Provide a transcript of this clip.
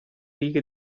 righe